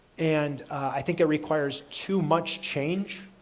and i think it requires too much change.